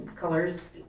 colors